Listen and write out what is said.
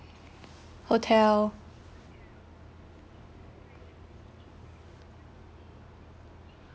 hotel